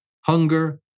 hunger